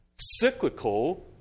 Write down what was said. Cyclical